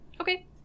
Okay